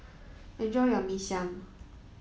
enjoy your Mee Siam